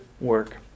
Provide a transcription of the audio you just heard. work